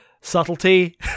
subtlety